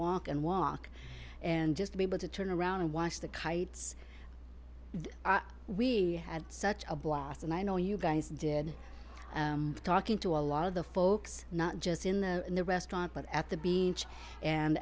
walk and walk and just be able to turn around and watch the kites and we had such a blast and i know you guys did talking to a lot of the folks not just in the in the restaurant but at the beach and